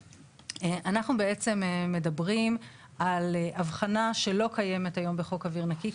אנחנו בעצם מדברים על הבחנה שלא קיימת היום בחוק אוויר נקי,